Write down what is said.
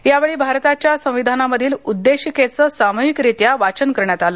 यावेळी भारताच्या संविधानामधील उद्देशिकेचे सामुहिकरीत्या वाचन करण्यात आल